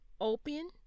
Open